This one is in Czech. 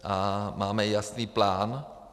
A máme jasný plán.